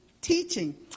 teaching